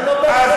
זה לא,